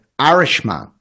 Irishman